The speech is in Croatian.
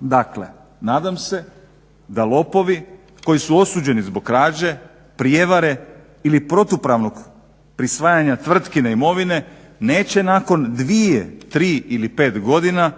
Dakle, nadam se da lopovi koji su osuđeni zbog krađe, prijevare ili protupravnog prisvajanja tvrtkine imovine neće nakon 2, 3 ili 5 godina